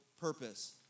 purpose